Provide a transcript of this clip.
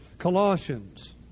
Colossians